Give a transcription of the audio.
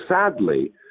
sadly